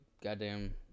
goddamn